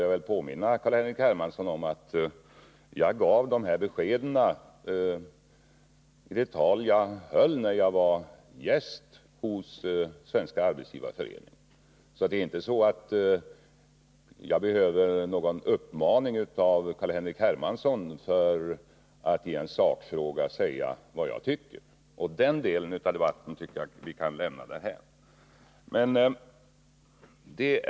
Jag vill påminna Carl Henrik Hermansson om att jag gav de här beskeden i det tal jag höll när jag var gäst hos Svenska arbetsgivareföreningen. Det är alltså inte så att jag behöver någon uppmaning av Carl-Henrik Hermansson för att säga vad jag tycker i en sakfråga. Den delen av debatten kan vi därför lämna därhän.